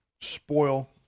spoil